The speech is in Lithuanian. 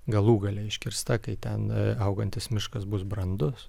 galų gale iškirsta kai ten augantis miškas bus brandus